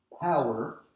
power